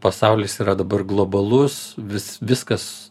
pasaulis yra dabar globalus vis viskas